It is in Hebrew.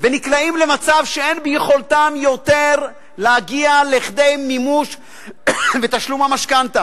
והם נקלעים למצב שאין ביכולתם יותר להגיע לכדי מימוש ותשלום המשכנתה.